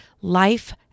Life